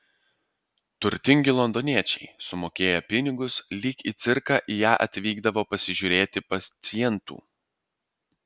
turtingi londoniečiai sumokėję pinigus lyg į cirką į ją atvykdavo pasižiūrėti pacientų